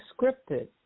scripted